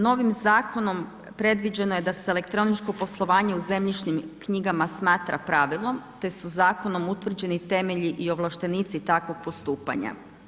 Novim zakonom predviđeno je da s elektroničko poslovanje u zemljišnim knjigama smatra pravilom, te su zakonom utvrđeni temelji i ovlaštenici takvog postupanja.